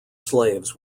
slaves